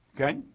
okay